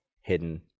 hidden